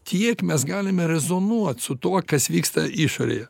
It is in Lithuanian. tiek mes galime rezonuot su tuo kas vyksta išorėje